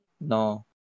No